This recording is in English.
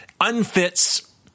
unfits